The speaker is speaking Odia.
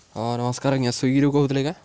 ହଁ ନମସ୍କାର ଆଜ୍ଞା ସ୍ଵିଗିରୁ କହୁଥିଲେ କେଁ